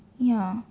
ya